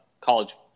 college